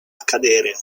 accadere